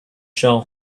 shall